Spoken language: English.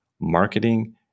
marketing